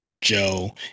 Joe